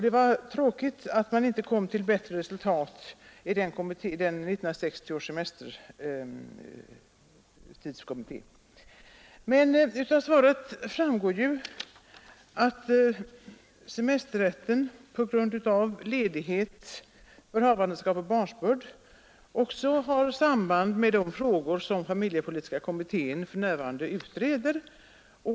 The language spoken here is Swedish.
Det var felaktigt att man inte kom till bättre resultat i 1960 års semesterkommitté. I svaret framhålls dock att frågan om semesterrätten på grund av ledighet för havandeskap och barnsbörd också har samband med de frågor som familjepolitiska kommittén för närvarande utreder.